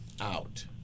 out